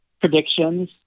Predictions